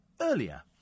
earlier